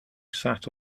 sat